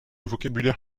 vocabulaire